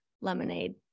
lemonade